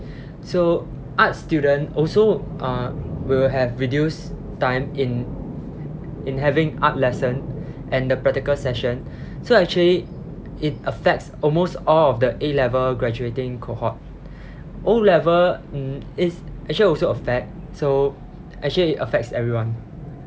so art student also uh will have reduced time in in having art lesson and the practical session so actually it affects almost all of the A level graduating cohort O level mm is actually also affect so actually it affects everyone